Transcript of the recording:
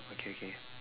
okay okay